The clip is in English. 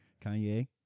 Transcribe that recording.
Kanye